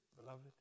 beloved